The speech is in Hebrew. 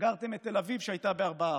סגרתם את תל אביב, שהייתה ב-4%.